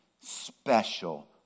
special